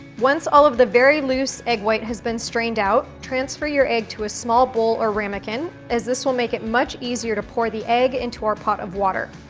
once all of the very loose egg white has been strained out transfer your egg to a small bowl or ramekin as this will make it much easier to pour the egg into our pot of water.